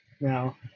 Now